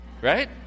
right